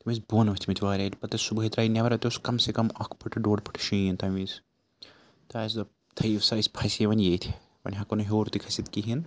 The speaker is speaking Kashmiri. تِم ٲسۍ بۄن ؤتھمٕتۍ واریاہ ییٚلہِ پَتہٕ اَسہِ صُبحٲے درٛاے نٮ۪بَر اَتہِ اوس کَم سے کَم اَکھ فٕٹہٕ ڈۄڑ فٕٹہٕ شیٖن تَمہِ وِز تہٕ اَسہِ دوٚپ تھٔیِو سا أسۍ پھَسے وۄنۍ ییٚتۍ وۄنۍ ہیٚکو نہٕ ہیوٚر تہِ کھٔسِتھ کِہیٖنۍ